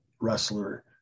wrestler